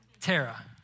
Tara